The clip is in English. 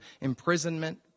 imprisonment